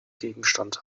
gegenstand